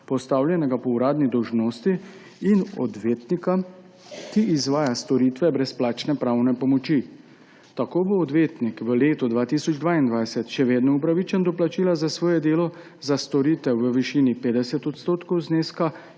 postavljenega po uradni dolžnosti, in odvetnika, ki izvaja storitve brezplačne pravne pomoči. Tako bo odvetnik v letu 2022 še vedno upravičen do plačila za svoje delo za storitev v višini 50 % zneska,